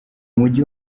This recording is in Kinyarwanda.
mujyi